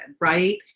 right